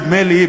נדמה לי,